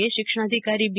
કે શિક્ષણાધિકારી બી